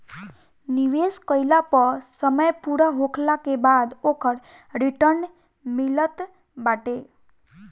निवेश कईला पअ समय पूरा होखला के बाद ओकर रिटर्न मिलत बाटे